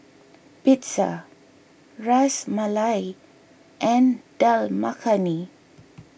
Pizza Ras Malai and Dal Makhani